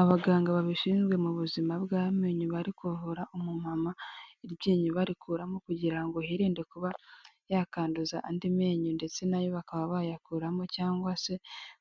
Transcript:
Abaganga babishinzwe mu buzima bw'amenyo bari kuvura umumama iri ryinyo bakuramo kugira ngo hirinde kuba yakanduza andi menyo, ndetse nayo bakaba bayakuramo cyangwa se